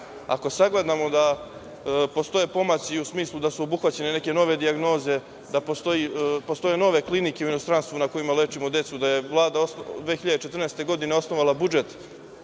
sagledamo da postoje pomaci u smislu da su obuhvaćene neke nove dijagnoze, da postoje nove klinike u inostranstvu na kojima lečimo decu, da je Vlada 2014. godine osnovala budžet